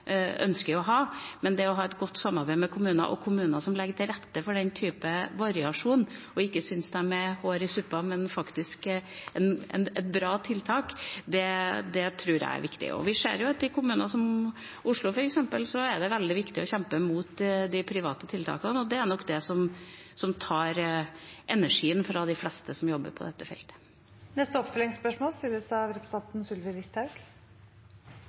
ønsker å ha, men det å ha et godt samarbeid med kommuner – og kommuner som legger til rette for den type variasjon, og ikke syns de er et hår i suppa, men faktisk et bra tiltak – tror jeg er viktig. Vi ser jo at i kommuner som f.eks. Oslo, er det veldig viktig å kjempe mot de private tiltakene, og det er nok det som tar energien fra de fleste som jobber på dette feltet. Sylvi Listhaug – til oppfølgingsspørsmål.